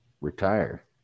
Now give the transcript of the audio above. retire